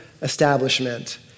establishment